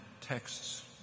texts